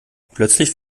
plötzlich